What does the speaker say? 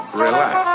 relax